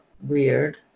weird